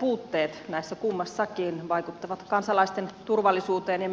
puutteet näissä kummassakin vaikuttavat kansalaisten turvallisuuteen ja